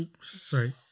sorry